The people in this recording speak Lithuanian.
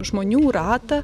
žmonių ratą